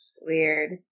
Weird